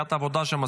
סיעת העבודה שם,